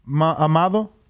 Amado